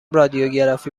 رادیوگرافی